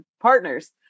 partners